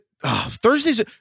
Thursdays